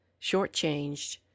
shortchanged